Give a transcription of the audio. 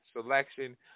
selection